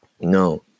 No